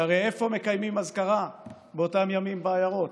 שהרי איפה מקיימים אזכרה באותם ימים בעיירות?